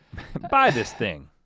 by this thing.